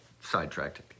sidetracked